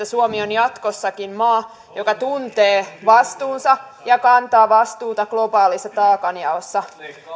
suomi on jatkossakin maa joka tuntee vastuunsa ja kantaa vastuuta globaalissa taakanjaossa